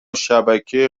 شبکه